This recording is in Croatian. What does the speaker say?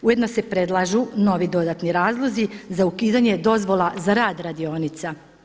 Ujedno se predlažu novi dodatni razlozi za ukidanje dozvola za rad radionica.